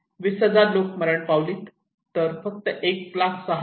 20 000 लोक मरण पावली फक्त तर 1